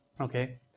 okay